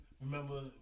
remember